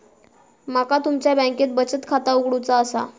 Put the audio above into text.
माका तुमच्या बँकेत बचत खाता उघडूचा असा?